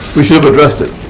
we should have addressed it.